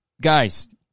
Guys